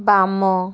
ବାମ